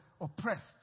oppressed